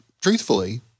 truthfully